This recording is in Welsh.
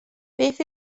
beth